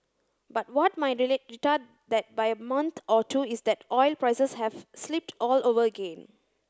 but what might retard that by a month or two is that oil prices have slipped all over again